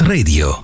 Radio